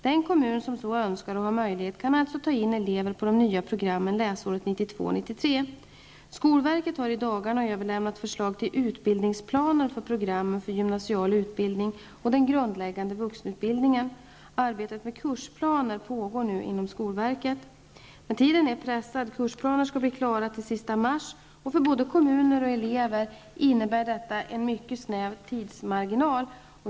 Den kommun som så önskar och har möjlighet kan alltså ta in elever på de nya programmen läsåret Skolverket har i dagarna överlämnat förslag till utbildningsplaner för programmen för gymnasial utbildning och den grundläggande vuxenutbildningen. Arbetet med kursplaner pågår inom skolverket. Men tiden är pressad. Kursplaner skall bli klara till sista mars, och för både kommuner och elever innebär detta en mycket snäv tidsmarginal.